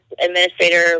administrator